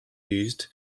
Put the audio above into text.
used